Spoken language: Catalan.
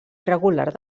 regular